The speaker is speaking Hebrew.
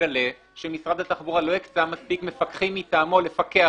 שנגלה שמשרד התחבורה לא הקצה מספיק מפקחים מטעמו לפקח